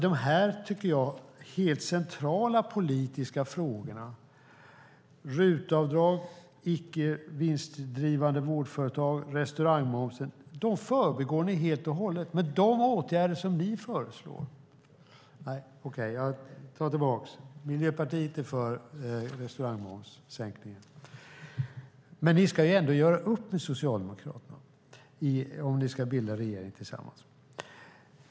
Dessa helt centrala politiska frågor - RUT-avdrag, icke vinstdrivande vårdföretag, sänkningen av restaurangmomsen - förbigår ni helt och hållet när ni talar om de åtgärder som ni föreslår. Jag tar tillbaka en sak. Miljöpartiet är för en sänkning av restaurangmomsen. Men ni i Miljöpartiet ska ändå göra upp med Socialdemokraterna om ni ska bilda regering tillsammans.